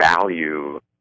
value